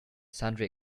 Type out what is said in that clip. sundry